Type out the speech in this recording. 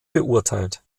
beurteilt